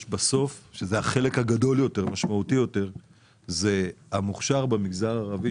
אבל החלק הגדול ביותר והמשמעותי יותר זה המוכש"ר במגזר הערבי,